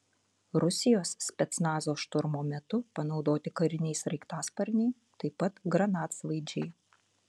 rusijos specnazo šturmo metu panaudoti kariniai sraigtasparniai taip pat granatsvaidžiai